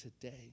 today